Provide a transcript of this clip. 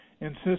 insist